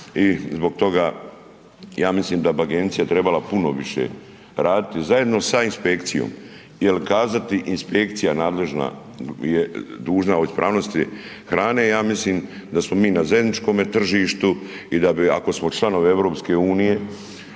zbog toga ja mislim da bi agencija trebala puno više raditi zajedno sa inspekcijom jel kazati inspekcija nadležna je dužna o ispravnosti hrane, ja mislim da smo mi na zajedničkome tržištu i da bi ako smo članovi EU, ako je